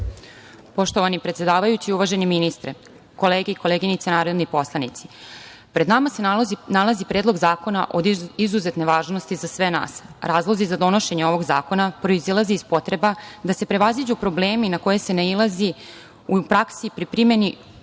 Poštovani predsedavajući, uvaženi ministre, kolege i koleginice narodni poslanici, pred nama se nalazi Predlog zakona od izuzetne važnosti za sve nas. Razlozi za donošenje ovog zakona proizilaze iz potreba da se prevaziđu problemi na koje se nailazi u praksi pri primeni